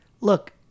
look